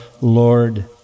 Lord